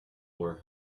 were